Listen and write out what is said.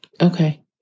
Okay